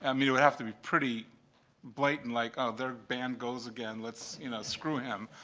um you know have to be pretty blatant, like, oh, there band goes again, let's, you know, screw him.